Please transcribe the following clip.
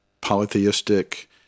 polytheistic